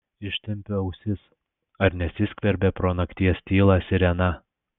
ištempiu ausis ar nesiskverbia pro nakties tylą sirena